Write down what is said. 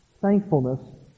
Thankfulness